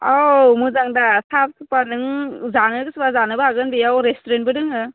औ मोजांथार थाब फैबा नों जानो गोसोबा जानोबो हागोन बेयाव रेस्ट'रेन्टबो दङ